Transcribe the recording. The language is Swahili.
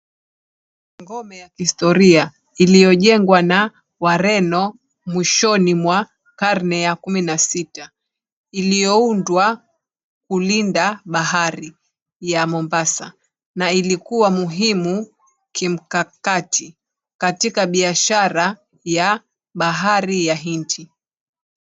Ngome ya kihistoria iliyojengwa na wareno mwishoni mwa karne ya kumi na sita iliyoundwa kulinda Bahari ya Mombasa na ilikuwa muhimu kimkakati katika biashara ya Bahari ya Hindi.